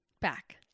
back